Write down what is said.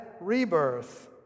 rebirth